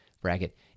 bracket